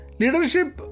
leadership